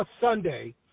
Sunday